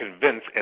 convince